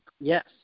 Yes